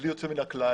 בלי יוצא מן הכלל,